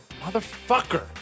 Motherfucker